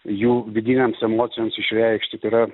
jų vidinėms emocijoms išreikšti tai yra